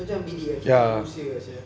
kau jangan bedek ah kita manusia ah [sial]